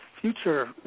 future